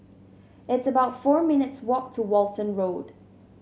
it's about four minutes' walk to Walton Road